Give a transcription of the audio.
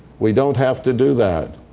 we don't have to do that.